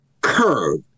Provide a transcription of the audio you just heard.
curve